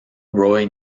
roy